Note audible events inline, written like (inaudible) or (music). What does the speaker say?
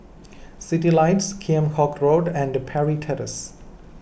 Citylights Kheam Hock Road and Parry (unintelligible)